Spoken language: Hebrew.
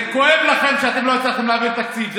זה כואב לכם שאתם לא הצלחתם להעביר תקציב.